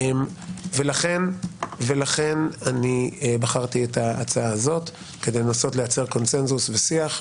לכן בחרתי את ההצעה הזאת כדי לנסות לייצר קונצנזוס ושיח.